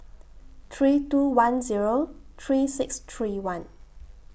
three two one Zero three six three one